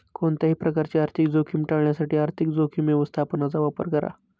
कोणत्याही प्रकारची आर्थिक जोखीम टाळण्यासाठी आर्थिक जोखीम व्यवस्थापनाचा वापर करा